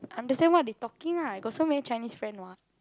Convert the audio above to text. understand what they talking lah I got so many Chinese friend what